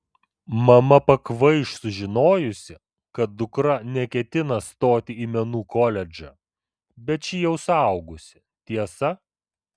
mama pakvaiš sužinojusi kad dukra neketina stoti į menų koledžą bet ši jau suaugusi tiesa